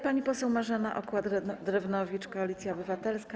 Pani poseł Marzena Okła-Drewnowicz, Koalicja Obywatelska.